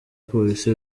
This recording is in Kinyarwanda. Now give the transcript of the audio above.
polisi